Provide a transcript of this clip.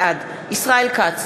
בעד ישראל כץ,